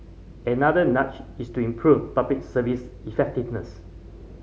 another nudge is to improve Public Service effectiveness